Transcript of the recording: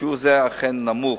שיעור זה אכן נמוך.